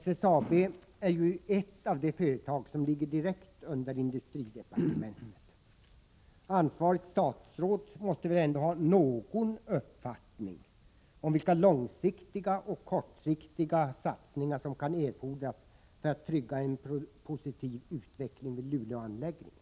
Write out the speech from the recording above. SSAB är ju ett av de företag som ligger direkt under industridepartementet. Ansvarigt statsråd måste väl ändå ha någon uppfattning om vilka långsiktiga och kortsiktiga satsningar som kan — Nr 117 erfordras för att trygga en positiv utveckling vid Luleåanläggningen.